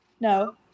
No